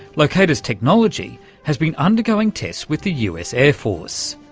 locata's technology has been undergoing tests with the us air force.